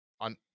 on